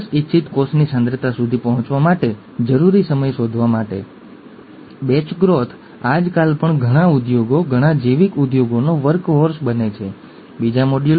અને પછી ચાલો આપણે વસ્તુઓને આગળ વધારવા માટે હવે પછીના લેક્ચરમાં મળીએ